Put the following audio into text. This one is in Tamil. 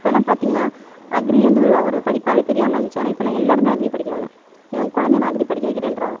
இப்போதெலாம் பார்த்திங்கனா அக்ரி வந்து ஒரு படிப்பாகவே தெரியாமல் இருந்துச்சு ஆனால் இப்போலாம் எல்லாருமே அக்ரி படிக்கிறாங்க என் குழந்தைய நான் அக்ரி படிக்க வக்கிறேன்றாங்க